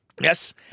Yes